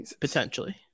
potentially